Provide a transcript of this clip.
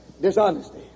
dishonesty